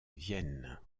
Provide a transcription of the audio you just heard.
vienne